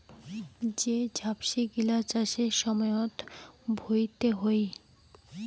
যে ঝাপনি গিলা চাষের সময়ত ভুঁইতে হই